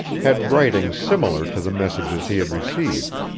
had writing similar to the messages he had received.